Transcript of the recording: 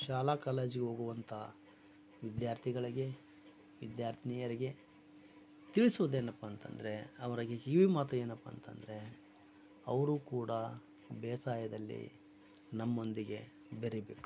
ಶಾಲಾ ಕಾಲೇಜಿಗೆ ಹೋಗುವಂಥ ವಿದ್ಯಾರ್ಥಿಗಳಿಗೆ ವಿದ್ಯಾರ್ಥಿನಿಯರಿಗೆ ತಿಳಿಸುವುದು ಏನಪ್ಪ ಅಂತಂದರೆ ಅವರಿಗೆ ಕಿವಿ ಮಾತು ಏನಪ್ಪ ಅಂತಂದರೆ ಅವರೂ ಕೂಡ ಬೇಸಾಯದಲ್ಲಿ ನಮ್ಮೊಂದಿಗೆ ಬೆರೀಬೇಕು